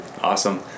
awesome